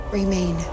remain